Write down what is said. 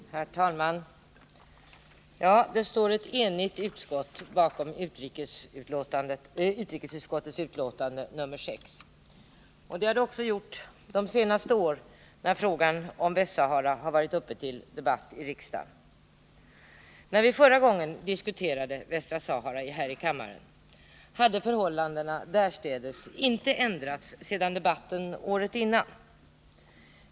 Herr talman! Ja, det står ett enigt utskott bakom utrikesutskottets betänkande. Det har det också gjort de senaste åren då frågan om Västra Sahara har varit uppe till debatt i riksdagen. När vi förra gången diskuterade Västra Sahara här i kammaren hade förhållandena därstädes inte ändrats sedan året dessförinnan.